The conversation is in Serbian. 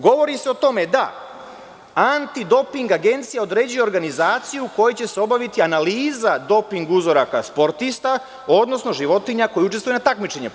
Govori se o tome da Antidoping agencija određuje organizaciju koja će se obaviti analiza doping uzoraka sportista, odnosno životinja koje učestvuju na takmičenjima.